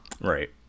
right